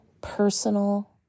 personal